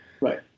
Right